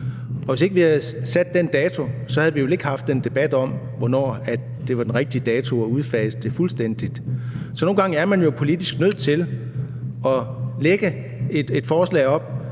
Og hvis ikke vi havde sat den dato, havde vi vel ikke haft den debat om, hvornår det var den rigtige dato at udfase det fuldstændigt. Så nogle gange er man jo nødt til politisk at lægge et forslag op